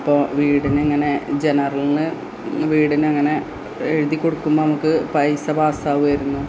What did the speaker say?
അപ്പോൾ വീടിനിങ്ങനെ ജനറലിന് വീടിനങ്ങനെ എഴുതി കൊടുക്കുമ്പം നമുക്ക് പൈസ പാസ്സാകുമായിരുന്നു